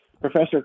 Professor